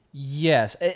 Yes